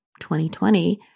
2020